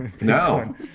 No